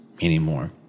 anymore